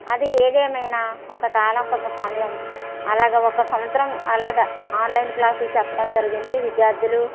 అది ఏదేమైనా కొంత కాలం కొంత సమయం అలాగా ఒక సంవత్సరం అలాగా ఆన్లైన్ క్లాసులు చెప్పడం జరిగింది విద్యార్థులు